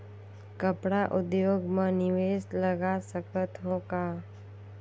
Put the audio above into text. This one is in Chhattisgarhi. कपड़ा उद्योग म निवेश लगा सकत हो का?